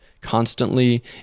constantly